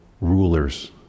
rulers